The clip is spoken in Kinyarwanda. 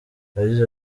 yagize